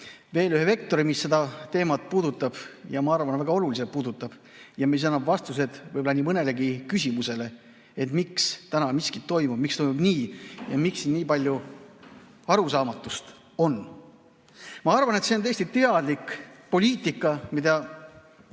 veel ühe vektori, mis seda teemat puudutab, ja ma arvan, et väga oluliselt puudutab. See annab vastuse võib-olla nii mõnelegi küsimusele, miks täna miskit toimub, miks toimub nii ja miks siin nii palju arusaamatust on. Ma arvan, et see on täiesti teadlik poliitika, mida